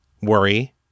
worry